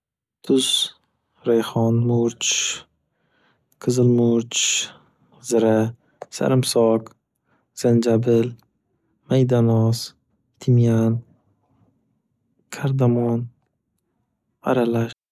Tuz, rayxon, murch, qizilmurch, zira, sarimsoq, zanjabil, maydanoz, timyan, kardamon, aralar.